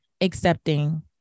accepting